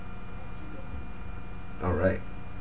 alright